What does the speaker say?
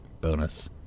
bonus